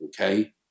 Okay